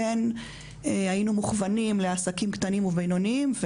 כן היינו מוכוונים לעסקים קטנים ובינוניים,